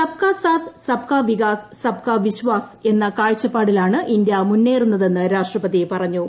സബ്കാ സാത് സബ്കാ വികാസ് സബ്കാ വിശ്വാസ് എന്ന കാഴ്ചപ്പാടിലാണ് ഇന്ത്യ മുന്നേറുന്നതെന്ന് രാഷ്ട്രപതി പറഞ്ഞു